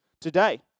today